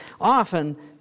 often